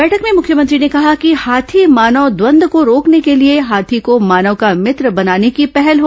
बैठक में मुख्यमंत्री ने कहा कि हाथी मानव द्वन्द को रोकने के लिए हाथी को मानव का मित्र बनाने की पहल हो